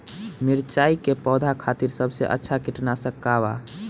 मिरचाई के पौधा खातिर सबसे अच्छा कीटनाशक का बा?